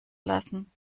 lassen